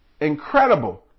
Incredible